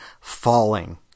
Falling